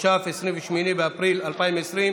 כבוד היושב-ראש,